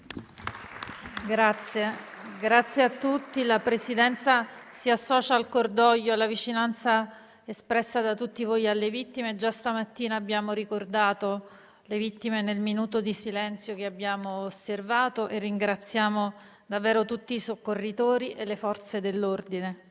Grazie a tutti. La Presidenza si associa al cordoglio e alla vicinanza espressa da tutti voi alle vittime. Già stamattina abbiamo ricordato le vittime nel minuto di silenzio che abbiamo osservato. Ringraziamo davvero tutti i soccorritori e le Forze dell'ordine.